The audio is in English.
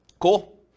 cool